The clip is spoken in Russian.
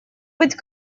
быть